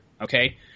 Okay